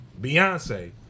Beyonce